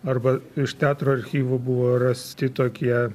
arba iš teatro archyvų buvo rasti tokie